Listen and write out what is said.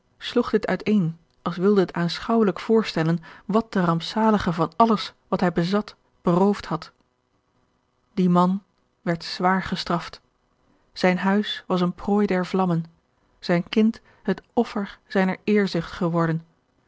sloeg dit uiteen als wilde het aanschouwelijk voorstellen wat den rampzalige van alles wat hij bezat beroofd had die man werd zwaar gestraft zijn huis was eene prooi der vlammen zijn kind het offer zijner eerzucht geworden